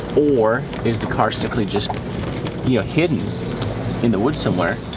or is the car strictly just yeah hidden in the woods somewhere